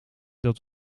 dat